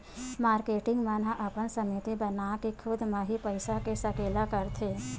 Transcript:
marketing मन ह अपन समिति बनाके खुद म ही पइसा के सकेला करथे